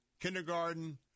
kindergarten